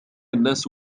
الناس